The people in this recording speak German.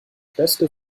beste